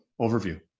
overview